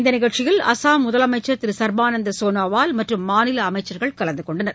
இந்த நிகழ்ச்சியில் அஸ்ஸாம் முதலமைச்சர் திரு சர்பானந் சோனாவால் மற்றும் மாநில அமைச்சர்கள் கலந்துகொண்டனர்